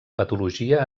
patologia